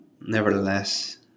nevertheless